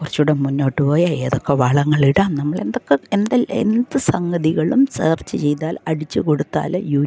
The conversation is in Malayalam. കുറച്ചുടെ മുന്നോട്ട് പോയാൽ ഏതൊക്കെ വളങ്ങൾ ഇടാം നമ്മൾ എന്തൊക്ക എന്തെല്ലാം എന്ത് സംഗതികളും സെർച്ച് ചെയ്താൽ അടിച്ച് കൊടുത്താൽ